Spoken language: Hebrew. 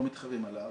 לא מתחרים עליו,